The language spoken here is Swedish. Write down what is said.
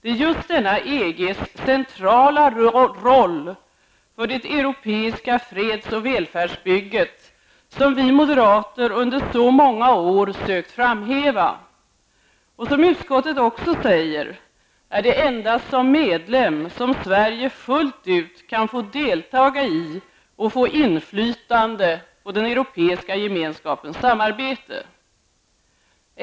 Det är just denna EGs centrala roll för det europeiska freds och välfärdsbygget som vi moderater under så många år sökt framhäva. Det är, som utskottet också säger, endast som medlem som Sverige fullt ut kan få deltaga i och få inflytande på den Europeiska gemenskapens samarbete.